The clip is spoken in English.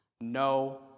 no